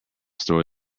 story